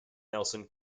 nelson